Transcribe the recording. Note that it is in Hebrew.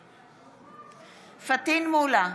בעד פטין מולא,